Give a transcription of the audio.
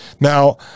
Now